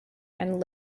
and